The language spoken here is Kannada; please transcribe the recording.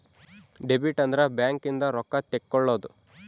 ಡೆಬಿಟ್ ಅಂದ್ರ ಬ್ಯಾಂಕ್ ಇಂದ ರೊಕ್ಕ ತೆಕ್ಕೊಳೊದು